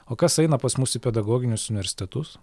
o kas eina pas mus į pedagoginius universitetus